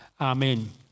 Amen